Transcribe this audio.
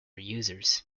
users